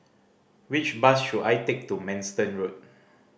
which bus should I take to Manston Road